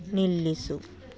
ನಿಲ್ಲಿಸು